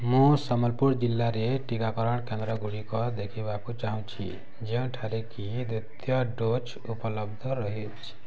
ମୁଁ ସମ୍ବଲପୁର ଜିଲ୍ଲାରେ ଟିକାକରଣ କେନ୍ଦ୍ରଗୁଡ଼ିକ ଦେଖିବାକୁ ଚାହୁଁଛି ଯେଉଁଠାରେ କି ଦ୍ୱିତୀୟ ଡୋଜ୍ ଉପଲବ୍ଧ ରହିଛି